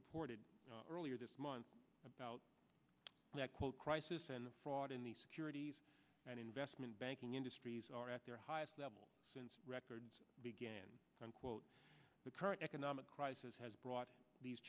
reported earlier this month about that quote crisis and the fraud in the securities and investment banking industries are at their highest level since records began on quote the current economic the crisis has brought these